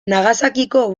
nagasakiko